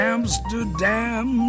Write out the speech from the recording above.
Amsterdam